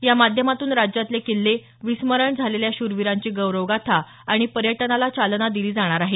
या माध्यमातून राज्यातले किल्ले विस्मरण झालेल्या शूरवीरांची गौरवगाथा आणि पर्यटनाला चालना दिली जाणार आहे